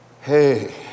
Hey